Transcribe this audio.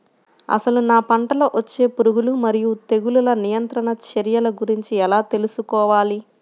అసలు నా పంటలో వచ్చే పురుగులు మరియు తెగులుల నియంత్రణ చర్యల గురించి ఎలా తెలుసుకోవాలి?